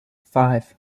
five